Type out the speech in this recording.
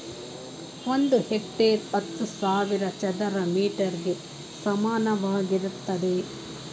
ಒಂದು ಹೆಕ್ಟೇರ್ ಹತ್ತು ಸಾವಿರ ಚದರ ಮೀಟರ್ ಗೆ ಸಮಾನವಾಗಿರುತ್ತದೆ